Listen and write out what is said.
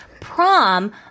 prom